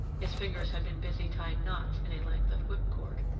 his fingers had been busy tying knots in a length of whipcord.